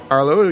Arlo